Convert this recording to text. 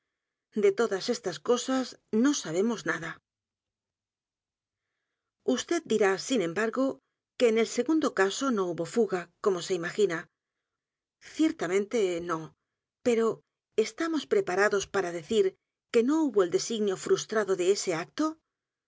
de todas estas cosas no sabemos nada vd dirá sin embargo que en el segundo caso no hubo fuga como se imagina ciertamente no pero edgar poe novelas y cuentos estamos preparados p a r a decir que no hubo el designio frustrado de ese acto